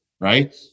right